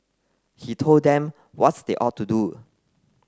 he told them what's they ought to do